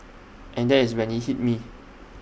and there is when IT hit me